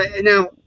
now